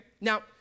Now